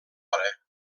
hora